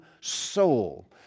soul